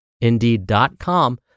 Indeed.com